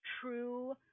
true